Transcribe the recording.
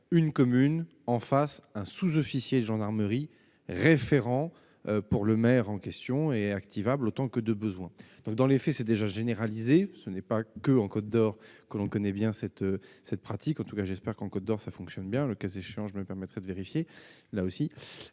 une commune en face, un sous-officier de gendarmerie référent pour le maire en question et activable autant que de besoin, dans les faits c'est déjà généralisé, ce n'est pas que en Côte d'Or, que l'on connaît bien cette cette pratique, en tout cas j'espère qu'en Côte d'Or, ça fonctionne bien, le cas échéant, je me permettrai de vérifier, là aussi,